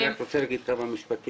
אני רק רוצה להגיד כמה משפטים.